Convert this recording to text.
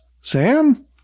Sam